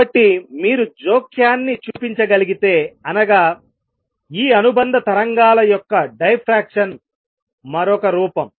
కాబట్టి మీరు జోక్యాన్ని చూపించగలిగితే అనగా ఈ అనుబంధ తరంగాల యొక్క డైఫ్రాక్షన్ మరొక రూపం